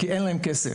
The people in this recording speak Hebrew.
כי אין להם כסף.